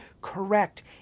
correct